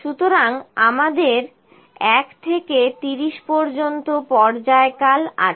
সুতরাং আমাদের 1 থেকে 30 পর্যন্ত পর্যায়কাল আছে